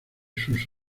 sus